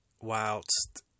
Whilst